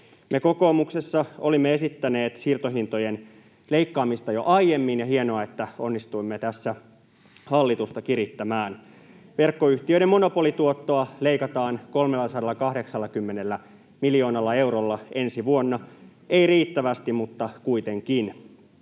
Me kokoomuksessa olimme esittäneet siirtohintojen leikkaamista jo aiemmin, ja on hienoa, että onnistuimme tässä hallitusta kirittämään. Verkkoyhtiöiden monopolituottoa leikataan 380 miljoonalla eurolla ensi vuonna — ei riittävästi, mutta kuitenkin.